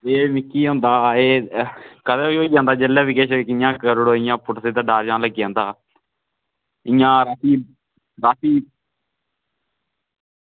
एह् मिगी होंदा एह् कदें बी होई जंदा जेल्लै बी किश जियां करी ओड़ो इ'यां पुट्ठ सिद्ध डर जन लग्गी जंदा